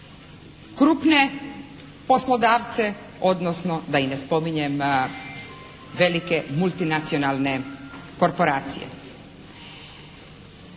krupne poslodavce odnosno da i ne spominjem velike multinacionalne korporacije.